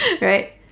Right